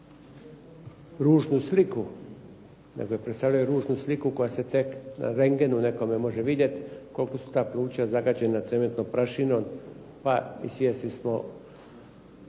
ružnu sliku, nego je predstavljalo i ružnu sliku koja se tek na rendgenu nekome može vidjeti koliko su ta pluća zagađena cementnom prašinom, pa i svjesni smo